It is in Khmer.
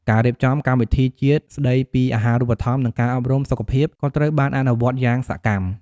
ការរៀបចំកម្មវិធីជាតិស្តីពីអាហារូបត្ថម្ភនិងការអប់រំសុខភាពក៏ត្រូវបានអនុវត្តយ៉ាងសកម្ម។